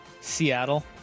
Seattle